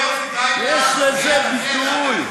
יש לזה ביטוי.